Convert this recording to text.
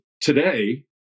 today